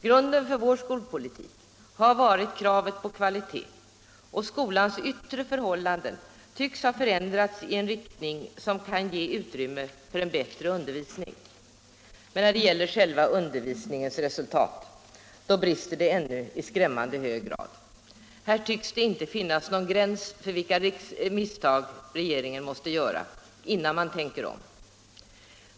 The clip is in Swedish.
Grunden för vår skolpolitik har varit kravet på kvalitet, och skolans yttre förhållanden har också förändrats i en riktning som kan ge utrymme för en bättre undervisning. Men när det gäller själva undervisningens resultat brister det ännu i skrämmande hög grad. Här tycks det inte finnas någon gräns för vilka misstag regeringen måste göra innan den tänker om.